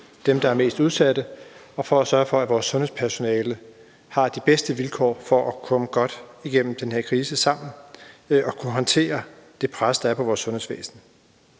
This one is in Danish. dem, der er mest udsatte, og for sammen at sørge for, at vores sundhedspersonale har de bedste vilkår for at komme godt igennem den her krise og kunne håndtere det pres, der er på vores sundhedsvæsen.